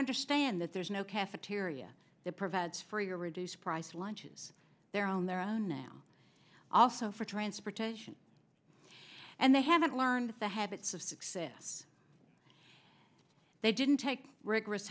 understand that there's no cafeteria that provides free or reduced price lunch is their own their own now also for transportation and they haven't learned the habits of success they didn't take rigorous